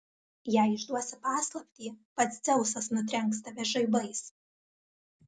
jei išduosi paslaptį pats dzeusas nutrenks tave žaibais